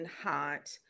hot